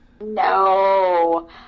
No